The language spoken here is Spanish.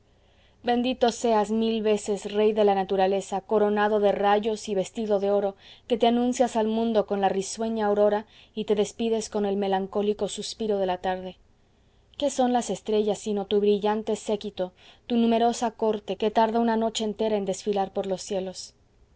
bendito seas mil veces rey de la naturaleza coronado de rayos y vestido de oro que te anuncias al mundo con la risueña aurora y te despides con el melancólico suspiro de la tarde qué son las estrellas sino tu brillante séquito tu numerosa corte que tarda una noche entera en desfilar por los cielos